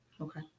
Okay